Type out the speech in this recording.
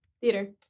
theater